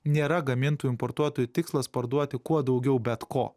nėra gamintojų importuotojų tikslas parduoti kuo daugiau bet ko